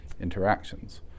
interactions